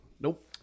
Nope